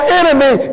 enemy